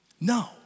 No